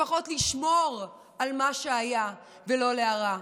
לפחות לשמור על מה שהיה ולא להרע.